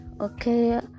okay